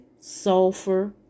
sulfur